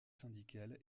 syndical